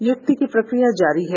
नियुक्ति की प्रक्रिया जारी है